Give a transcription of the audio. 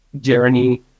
journey